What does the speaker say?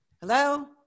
Hello